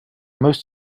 most